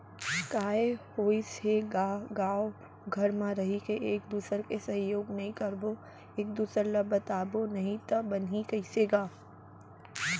काय होइस हे गा गाँव घर म रहिके एक दूसर के सहयोग नइ करबो एक दूसर ल बताबो नही तव बनही कइसे गा